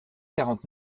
quarante